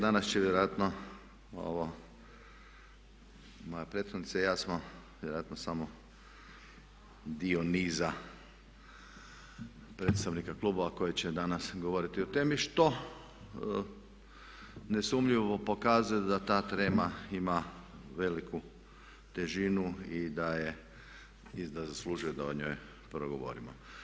Danas će vjerojatno, moja prethodnica i ja smo vjerojatno samo dio niza predstavnika klubova koji će danas govoriti o temi što ne sumnjivo pokazuje da ta treba ima veliku težinu i da zaslužuje da o njoj progovorimo.